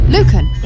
Lucan